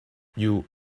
you